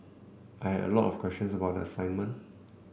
I had a lot of questions about the assignment